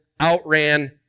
outran